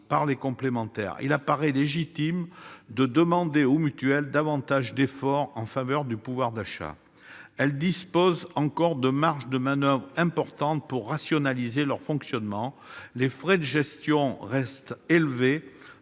par les complémentaires, il apparaît légitime de demander aux mutuelles davantage d'efforts en faveur du pouvoir d'achat, car celles-ci disposent encore de marges de manoeuvre importantes pour normaliser leur fonctionnement. Les frais de gestion restent trop élevés,